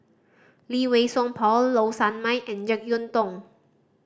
Lee Wei Song Paul Low Sanmay and Jek Yeun Thong